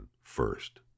first